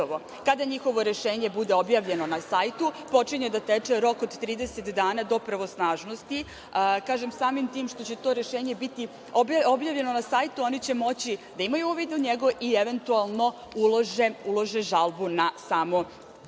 Kada njihovo rešenje bude objavljeno na sajtu počinje da teče rok od 30 dana do pravosnažnosti. Kažem, samim tim što će to rešenje biti objavljeno na sajtu, oni će moći da imaju uvid u njega i eventualno ulože žalbu na samo